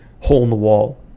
hole-in-the-wall